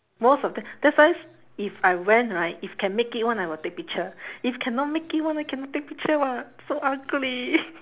most of the that's why if I went right if can make it [one] I will take picture if cannot make it [one] then cannot take picture [what] so ugly